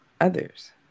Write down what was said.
others